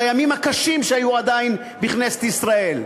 בימים הקשים שהיו עדיין בכנסת ישראל.